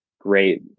great